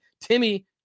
Timmy